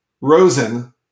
Rosen